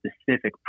specific